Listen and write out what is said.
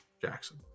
Jackson